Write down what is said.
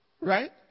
Right